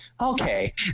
okay